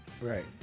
Right